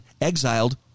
exiled